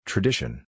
Tradition